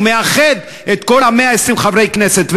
שהוא מאחד את כל 120 חברי הכנסת,